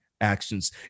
actions